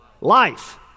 Life